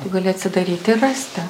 tu gali atsidaryti ir rasti